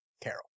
Carol